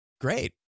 great